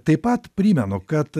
taip pat primenu kad